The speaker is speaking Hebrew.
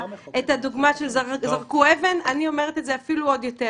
דוגמאות לאדוני.